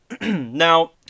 now